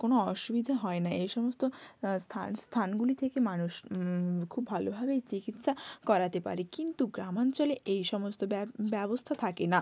কোনও অসুবিধে হয় না এই সমস্ত স্থান স্থানগুলি থেকে মানুষ খুব ভালোভাবেই চিকিৎসা করাতে পারে কিন্তু গ্রামাঞ্চলে এই সমস্ত ব্যবস্থা থাকে না